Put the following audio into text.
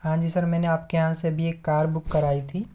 हाँजी सर मैंने आपके यहाँ से अभी एक बार बुक कराई थी